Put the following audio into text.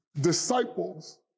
disciples